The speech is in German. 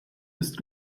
ist